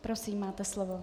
Prosím, máte slovo.